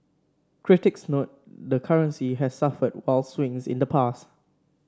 critics note the currency has suffered wild swings in the past